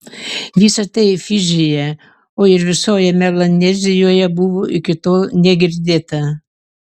visa tai fidžyje o ir visoje melanezijoje buvo iki tol negirdėta